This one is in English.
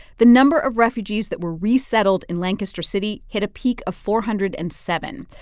the number of refugees that were resettled in lancaster city hit a peak of four hundred and seven.